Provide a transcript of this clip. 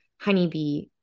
honeybee